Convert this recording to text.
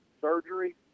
surgery